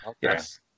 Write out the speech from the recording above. Yes